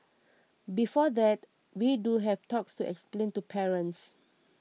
before that we do have talks to explain to parents